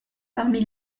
parmi